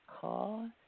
cause